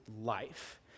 life